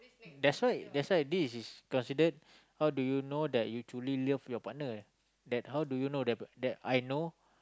that's why that's why this is considered how do you know that you truly love your partner that how do you know that that I know